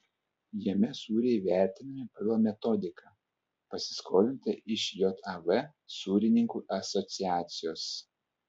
jame sūriai vertinami pagal metodiką pasiskolintą iš jav sūrininkų asociacijos